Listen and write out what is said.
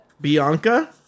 Bianca